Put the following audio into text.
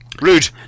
Rude